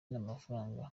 n’amafaranga